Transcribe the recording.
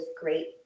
great